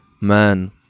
Man